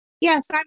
Yes